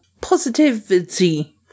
positivity